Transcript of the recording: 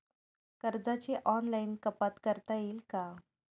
कर्जाची ऑनलाईन कपात करता येईल का?